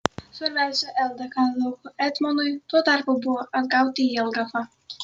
svarbiausia ldk lauko etmonui tuo tarpu buvo atgauti jelgavą